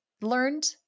learned